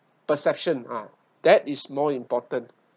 perception uh that is more important